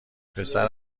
پسر